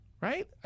Right